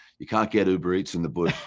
you can't get uber eats in the bush.